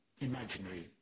imaginary